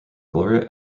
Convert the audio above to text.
gloria